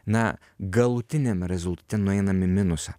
na galutiniame rezultate nueiname į minusą